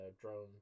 drone